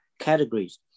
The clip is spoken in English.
categories